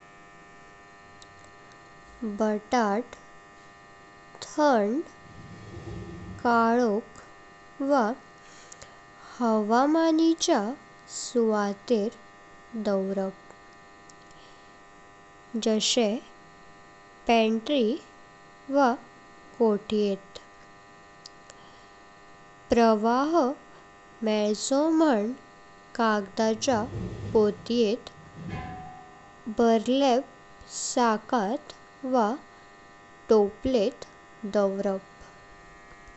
बातात थंड, काळोख वा हवामानिचा सुवातेर दावरप जशे पॅन्ट्री वा कोठ्येत। प्रवाह मेलचो म्हण कागदाचा पोट्येथ, बुर्लाप साकाथ वा तोपलेथ दावरप।